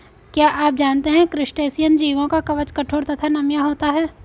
क्या आप जानते है क्रस्टेशियन जीवों का कवच कठोर तथा नम्य होता है?